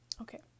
Okay